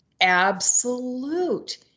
absolute